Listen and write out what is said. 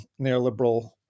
neoliberal